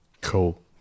Cool